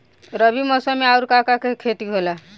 रबी मौसम में आऊर का का के खेती होला?